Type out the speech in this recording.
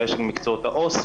ויש את מקצועות העו"ס,